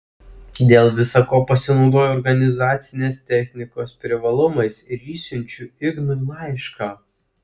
dėl visa ko pasinaudoju organizacinės technikos privalumais ir išsiunčiu ignui laišką